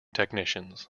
technicians